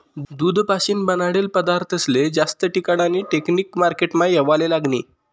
दूध पाशीन बनाडेल पदारथस्ले जास्त टिकाडानी टेकनिक मार्केटमा येवाले लागनी